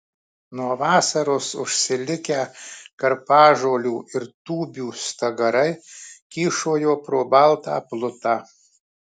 nuo vasaros užsilikę karpažolių ir tūbių stagarai kyšojo pro baltą plutą